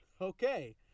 Okay